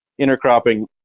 intercropping